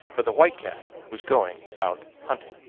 for the white cat was going out hunting.